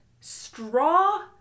straw